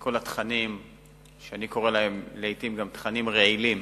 כל התכנים שאני קורא להם לעתים "תכנים רעילים",